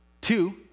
Two